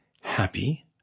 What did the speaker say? happy